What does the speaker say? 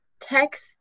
text